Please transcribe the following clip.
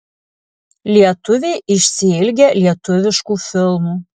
lietuviai išsiilgę lietuviškų filmų